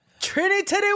trinity